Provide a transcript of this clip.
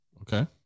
okay